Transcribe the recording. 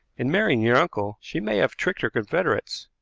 in marrying your uncle she may have tricked her confederates.